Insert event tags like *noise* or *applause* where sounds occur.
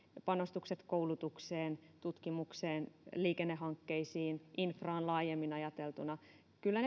panostukset koulutukseen tutkimukseen liikennehankkeisiin infraan laajemmin ajateltuna kyllä *unintelligible*